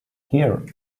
here